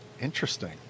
interesting